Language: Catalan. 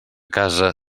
casa